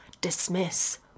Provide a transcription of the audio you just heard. dismiss